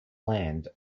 land